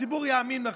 הציבור יאמין לכם.